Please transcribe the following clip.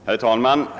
Herr talman!